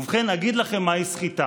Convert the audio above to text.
ובכן, אני אגיד לכם מהי סחיטה.